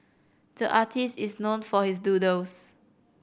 the artist is known for his doodles